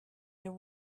there